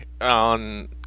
on